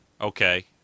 Okay